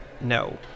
No